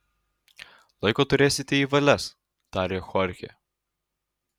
laiko turėsite į valias tarė chorchė